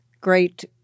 Great